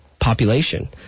population